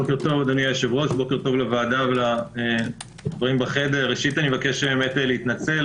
ראשית, אני מבקש להתנצל